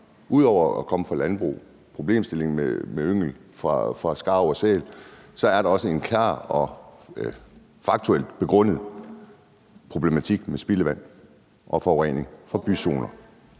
ud over at det kommer fra landbruget, og at der er problemstillingen med yngel af skarven og sælen – også er en klar og faktuelt bevist problematik med spildevand og forurening fra byzoner?